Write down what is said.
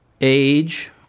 age